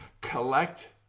collect